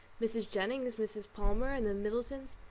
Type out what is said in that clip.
mrs. jennings, mrs. palmer, and the middletons.